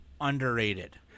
underrated